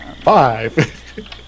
Five